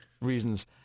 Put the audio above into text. reasons